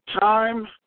time